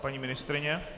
Paní ministryně?